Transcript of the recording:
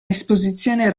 esposizione